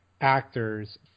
Actors